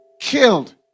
killed